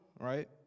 right